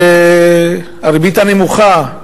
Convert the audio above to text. הריבית הנמוכה,